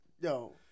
yo